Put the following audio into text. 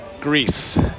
Greece